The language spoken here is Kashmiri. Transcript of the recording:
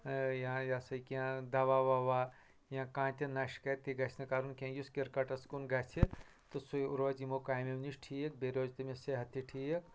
یا یسا کیٛنٚہہ دوا ووا یا کانہہ تہِ نشہٕ کرِ تہِ گژھِ نہٕ کُرن کیٛنٚہہ یُس کِرکٹس کُن گژھِ تہٕ سہُ روٗزِ یِمو کٲمیو نِش ٹھیک بیٚیہِ روزِ تٔمِس صحت تہِ ٹھیک